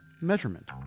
measurement